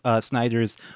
Snyder's